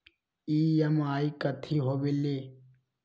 EMI कथी होवेले?